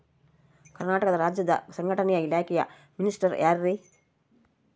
ಕರ್ನಾಟಕ ರಾಜ್ಯದ ಸಂಘಟನೆ ಇಲಾಖೆಯ ಮಿನಿಸ್ಟರ್ ಯಾರ್ರಿ?